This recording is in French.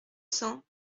cents